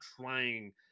trying